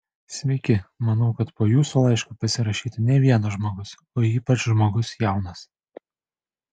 sveiki manau kad po jūsų laišku pasirašytų ne vienas žmogus o ypač žmogus jaunas